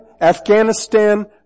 Afghanistan